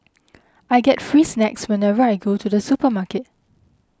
I get free snacks whenever I go to the supermarket